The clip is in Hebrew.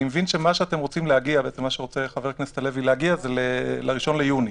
אני מבין שמה שרוצה חבר הכנסת הלוי להגיע זה ל-1 ביוני.